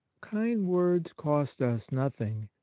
kind words cost us nothing,